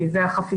כי זה החפיפה.